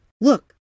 Look